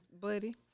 buddy